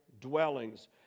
dwellings